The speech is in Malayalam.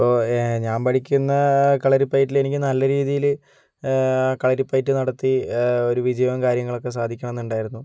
ഇപ്പോൾ ഞാൻ പഠിക്കുന്ന കളരിപ്പയറ്റില് എനിക്ക് നല്ല രീതിയില് കളരിപ്പയറ്റ് നടത്തി ഒരു വിജയവും കാര്യങ്ങളുമൊക്കെ സാധിക്കണമെന്നുണ്ടായിരുന്നു